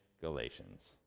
Galatians